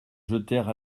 jetèrent